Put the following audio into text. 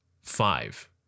five